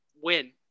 win